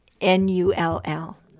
N-U-L-L